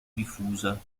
diffusa